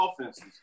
offenses